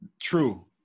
True